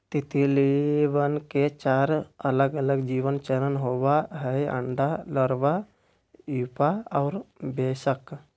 तितलियवन के चार अलगअलग जीवन चरण होबा हई अंडा, लार्वा, प्यूपा और वयस्क